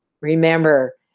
remember